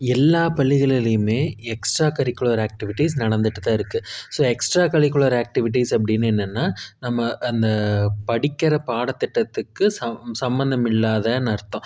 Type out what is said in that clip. எல்லா பள்ளிகளிலேயுமே extra curricular activities நடந்துகிட்டு தான் இருக்குது ஸோ எக்ஸ்ட்ரா கரிக்குலர் ஆக்ட்டிவிட்டீஸ் அப்படின்னு என்னென்னால் நம்ம அந்த படிக்கிற பாடத்திட்டத்துக்கு ச சம்பந்தம் இல்லாதனு அர்த்தம்